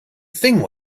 thing